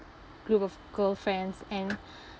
group of girlfriends and